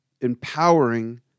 empowering